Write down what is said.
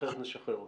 אחרת, נשחרר אותו.